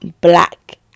black